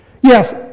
Yes